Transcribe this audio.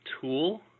tool